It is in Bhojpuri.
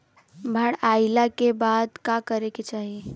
बाढ़ आइला के बाद का करे के चाही?